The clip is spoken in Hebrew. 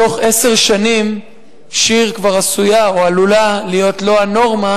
בתוך עשר שנים שיר כבר עשויה או עלולה להיות לא הנורמה,